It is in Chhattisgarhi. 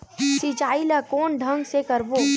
सिंचाई ल कोन ढंग से करबो?